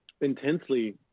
intensely